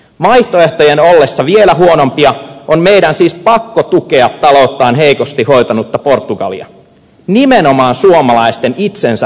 vaihtoehtojen ollessa vielä huonompia on meidän siis pakko tukea talouttaan heikosti hoitanutta portugalia nimenomaan suomalaisten itsensä vuoksi